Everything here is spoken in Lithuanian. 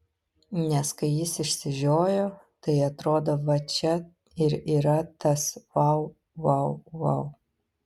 nes kai jis išsižiojo tai atrodo va čia ir yra tas vau vau vau